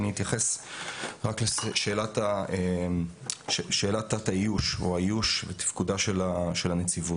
אני אתייחס רק לשאלת האיוש ותפקודה של הנציבות.